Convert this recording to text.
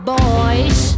boys